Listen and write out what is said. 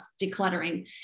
decluttering